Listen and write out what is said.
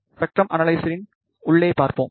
spectrum அனலைசரின் உள்ளே பார்ப்போம்